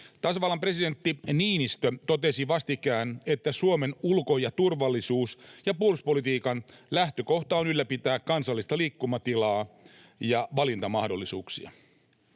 Tasavallan presidentti Niinistö totesi vastikään, että Suomen ulko-, turvallisuus- ja puolustuspolitiikan lähtökohta on ylläpitää kansallista liikkumatilaa ja valintamahdollisuuksia.